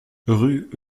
rue